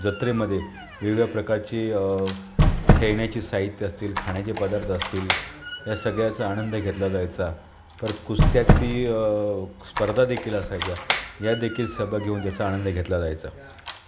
जत्रेमध्ये वेगवेगळ्या प्रकारची खेळण्याची साहित्यं असतील खाण्याचे पदार्थ असतील या सगळ्याचा आनंद घेतला जायचा परत कुस्त्याची स्पर्धादेखील असायच्या यादेखील सभा घेऊन त्याचा आनंद घेतला जायचा